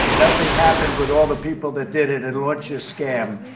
nothing happened with all the people that did it and launched a scam.